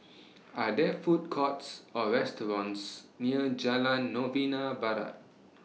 Are There Food Courts Or restaurants near Jalan Novena Barat